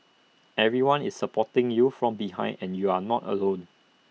everyone is supporting you from behind and you are not alone